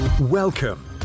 Welcome